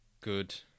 good